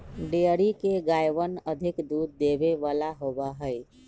dairy के गायवन अधिक दूध देवे वाला होबा हई